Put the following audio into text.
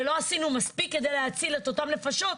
ולא עשינו מספיק כדי להציל את אותן נפשות,